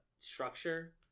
structure